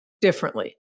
differently